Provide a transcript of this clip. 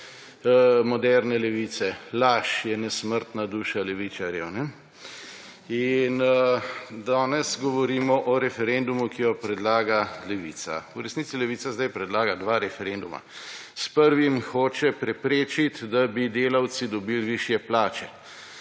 moderne levice – Laž je nesmrtna duša levičarjev. In danes govorimo o referendumu, ki ga predlaga Levica. V resnici Levica zdaj predlaga dva referenduma. S prvim hoče preprečiti, da bi delavci dobili višje plače.